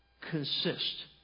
consist